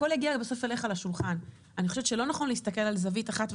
הכל הגיע לבסוף אליך לשולחן.